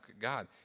God